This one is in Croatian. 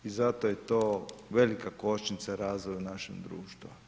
I zato je to velika kočnica razvoju našeg društva.